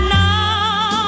now